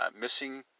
missing